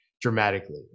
dramatically